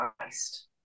Christ